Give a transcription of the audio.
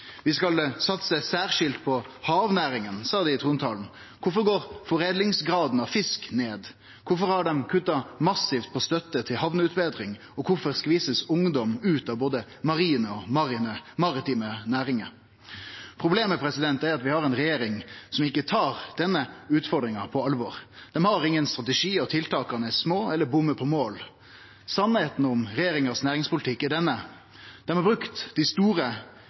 Dei skal satse særskilt på havnæringane, sa dei i trontalen. Kvifor går da foredlingsgraden av fisk ned? Kvifor har dei kutta massivt i støtte til hamneutbetring, og kvifor blir ungdom skvisa ut av både marine og maritime næringar? Problemet er at vi har ei regjering som ikkje tar denne utfordringa på alvor. Dei har ingen strategi, og tiltaka er små eller bommar på mål. Sanninga om næringspolitikken til regjeringa er: Dei har brukt dei store